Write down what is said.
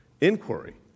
inquiry